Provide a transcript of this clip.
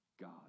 God